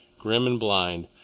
grim and blind,